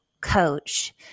coach